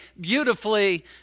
beautifully